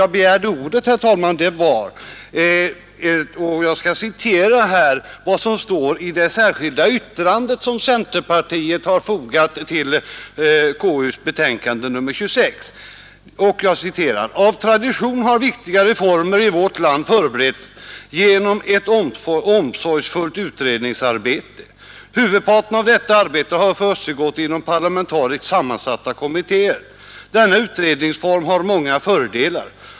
Jag begärde emellertid ordet för att ta upp en annan sak, herr talman, och jag skall citera ur det särskilda yttrande som centerpartiet har fogat till konstitutionsutskottets betänkande: ”Av tradition har viktiga reformer i vårt land förberetts genom ett omsorgsfullt utredningsarbete. Huvudparten av detta arbete har försiggått inom parlamentariskt sammansatta kommittéer. Denna utredningsform har många fördelar.